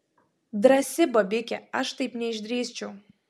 drąsi bobikė aš taip neišdrįsčiau